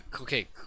Okay